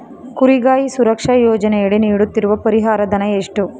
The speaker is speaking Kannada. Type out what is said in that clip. ಕುರಿಗಾಹಿ ಸುರಕ್ಷಾ ಯೋಜನೆಯಡಿ ನೀಡುತ್ತಿರುವ ಪರಿಹಾರ ಧನ ಎಷ್ಟು?